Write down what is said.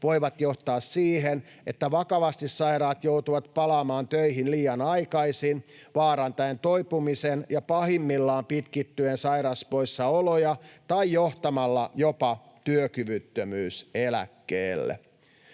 voivat johtaa siihen, että vakavasti sairaat joutuvat palaamaan töihin liian aikaisin vaarantaen toipumisen ja pahimmillaan pitkittäen sairauspoissaoloja tai johtaen jopa työkyvyttömyyseläkkeelle.